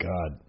God